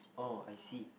oh I see